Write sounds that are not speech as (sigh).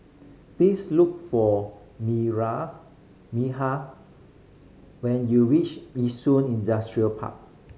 please look for Miriah (unintelligible) when you reach Yishun Industrial Park